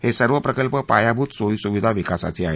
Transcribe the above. हे सर्व प्रकल्प पायाभूत सोयीसुविधा विकासाचे आहेत